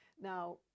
Now